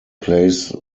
plays